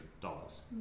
dollars